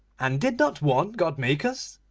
and did not one god make us?